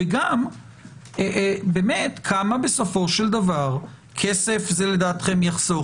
וגם כמה בסופו של דבר כסף זה לדעתכם יחסוך?